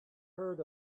heard